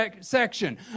section